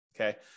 Okay